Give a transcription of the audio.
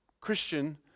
Christian